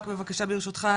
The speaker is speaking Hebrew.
רק בבקשה ברשותך,